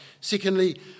Secondly